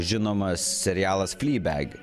žinomas serialas fleabag